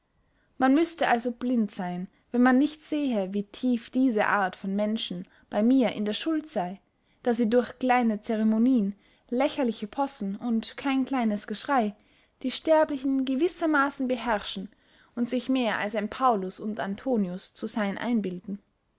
man müßte also blind seyn wenn man nicht sähe wie tief diese art von menschen bey mir in der schuld sey da sie durch kleine zeremonien lächerliche possen und kein kleines geschrey die sterblichen gewissermaßen beherrschen und sich mehr als ein paulus und antonius zu seyn einbilden